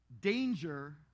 danger